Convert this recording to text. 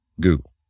Google